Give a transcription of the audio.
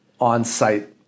on-site